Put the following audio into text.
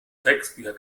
drecksbücher